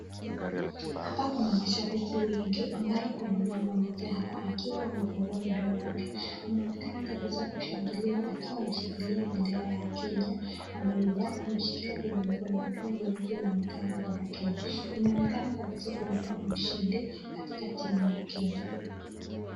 Hapa kuna mashabiki wengi ambao kuna mama mmoja hapa akiwa amefungua mdomo yake, anaonekana kabisaa kushangilia akiwa ameshilia bendera ya Kenya, ameiva, ameshikilia kwenye mkono na pia nguo yake inaonekana kuwa ya kenya, inaonekana kabisaa kulikuwa na ushindi katika timu ya Kenya.